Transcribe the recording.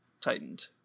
tightened